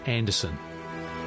Anderson